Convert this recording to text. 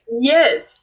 Yes